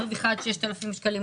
האם היא מרוויחה עד 6,000 שקלים,